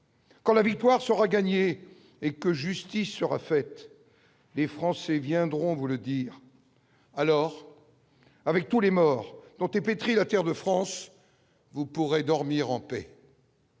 Quand la victoire sera gagnée et que justice sera faite, les Français viendront vous le dire, alors avec tous les morts dont est pétri la terre de France vous pourrez dormir en paix.